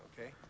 okay